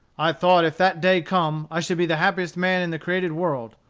i thought if that day come, i should be the happiest man in the created world,